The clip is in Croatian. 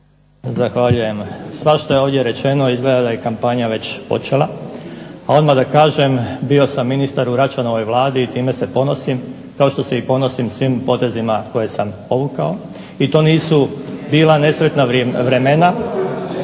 Zahvaljujem. Svašta je ovdje rečeno, izgleda da je kampanja već počela. Odmah da kažem bio sam ministar u Račanovoj Vladi i time se ponosim, kao što se i ponosim svim potezima koje sam povukao i to nisu bila nesretna vremena